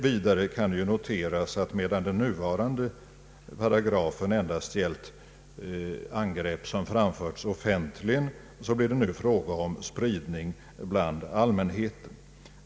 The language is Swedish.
Vidare kan det noteras att medan den nuvarande paragrafen endast gällt angrepp som framförts offentligen så blir det nu fråga om spridning bland allmänheten.